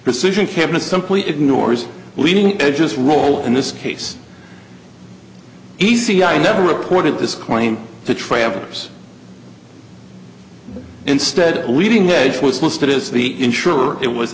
decision came to simply ignores leading edges roll in this case easy i never reported this claim to travelers instead leading heads was listed as the insured it was